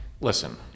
Listen